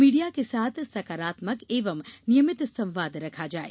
media के साथ सकारात्मक एवं नियमित संवाद रखा जाये